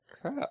crap